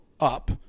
up